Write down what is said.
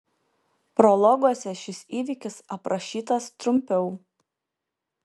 prologuose šis įvykis aprašytas trumpiau